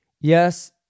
Yes